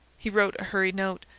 he wrote a hurried note.